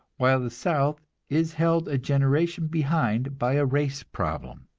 while the south is held a generation behind by a race problem.